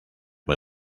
muy